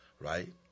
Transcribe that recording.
Right